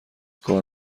کار